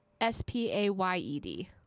S-P-A-Y-E-D